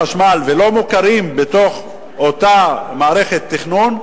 ולא מוכרים בתוך אותה מערכת תכנון,